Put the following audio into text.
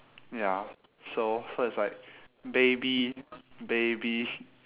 ya so so it's like baby baby